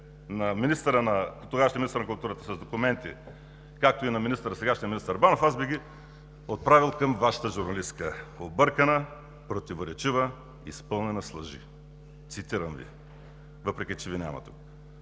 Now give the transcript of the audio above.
на тогавашния министър на културата с документи, както и на сегашния министър Банов, аз бих ги отправил към Вашата журналистка: объркана, противоречива, изпълнена с лъжи – цитирам Ви, въпреки че Ви няма тук.